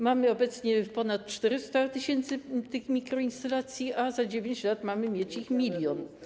Mamy obecnie ponad 400 tys. mikroinstalacji, a za 9 lat mamy mieć ich 1 mln.